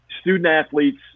student-athletes